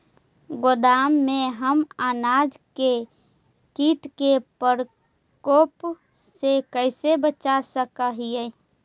गोदाम में हम अनाज के किट के प्रकोप से कैसे बचा सक हिय?